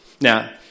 Now